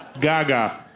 Gaga